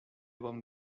bon